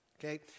okay